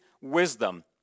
wisdom